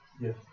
Yes